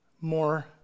more